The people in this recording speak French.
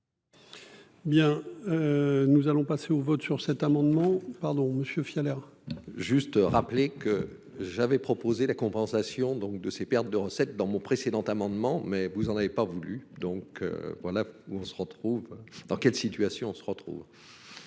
Bien. Nous allons passer au vote sur cet amendement pardon monsieur Fiole. Juste rappeler que j'avais proposé la compensation donc de ces pertes de recettes dans mon précédent amendement mais vous en avez pas voulu donc voilà où on se retrouve dans quelle situation se retrouvent.